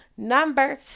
Number